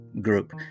group